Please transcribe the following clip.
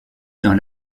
dans